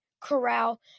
Corral